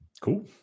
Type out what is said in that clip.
Cool